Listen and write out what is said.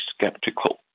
skeptical